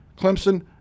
Clemson